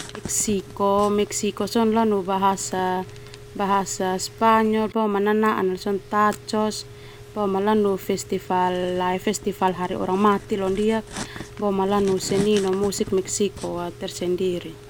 Meksiko lanu bahasa Spanyol nanaan sona tacos lanu festival hari orang mati boema lanu seni no musik Meksiko tersendiri.